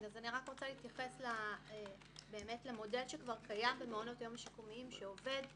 אני רק רוצה להתייחס למודל שכבר קיים במעונות היום השיקומיים שעובד,